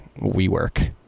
WeWork